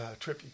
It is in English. trippy